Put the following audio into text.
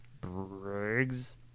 Briggs